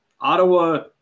Ottawa